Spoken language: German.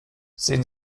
sehen